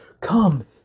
Come